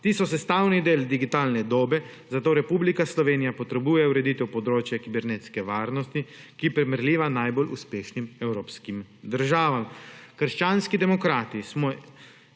Ti so sestavni del digitalne dobe, zato Republika Slovenija potrebuje ureditev področja kibernetske varnosti, ki pa je merljiva najbolj uspešnim evropskim državam. Krščanski demokrati smo